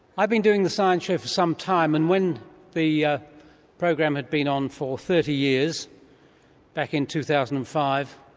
i've been doing the science show for some time, and when the yeah program had been on for thirty years back in two thousand and five,